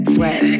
Sweat